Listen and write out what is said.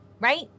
right